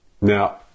Now